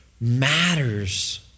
matters